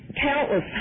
countless